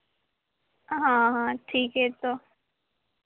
हाँ हाँ ठीक है तो